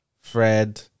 Fred